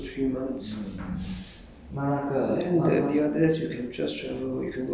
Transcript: three months you cannot travel is only during those three months